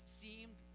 seemed